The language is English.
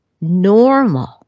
normal